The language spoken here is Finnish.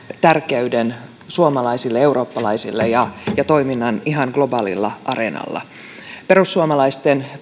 tärkeyden suomalaisille eurooppalaisille ja ihan globaalin areenan toiminnalle perussuomalaisten